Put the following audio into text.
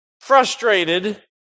frustrated